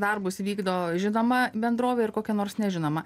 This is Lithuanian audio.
darbus vykdo žinoma bendrovė ir kokia nors nežinoma